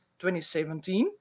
2017